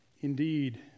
Indeed